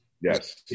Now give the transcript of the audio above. Yes